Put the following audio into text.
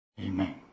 Amen